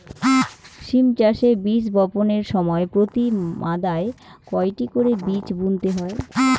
সিম চাষে বীজ বপনের সময় প্রতি মাদায় কয়টি করে বীজ বুনতে হয়?